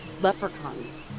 leprechauns